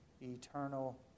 eternal